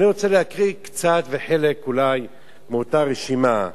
אני רוצה להקריא קצת, וחלק, אולי, מאותה רשימה.